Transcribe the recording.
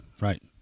right